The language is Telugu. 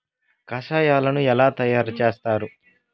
కషాయాలను ఎలా తయారు చేస్తారు?